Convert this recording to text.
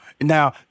now